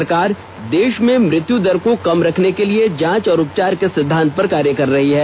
सरकार देश में मृत्यु दर को कम रखने के लिए जांच और उपचार के सिद्वांत पर कार्य कर रही है